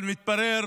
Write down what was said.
אבל מתברר